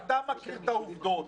אתה מכיר את העובדות,